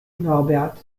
norbert